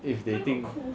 !hey! if they think